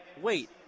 wait